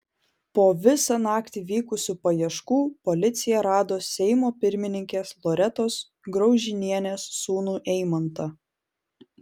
po visą naktį vykusių paieškų policija rado seimo pirmininkės loretos graužinienės sūnų eimantą